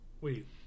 wait